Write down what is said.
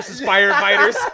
firefighters